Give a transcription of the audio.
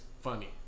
funny